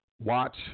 watch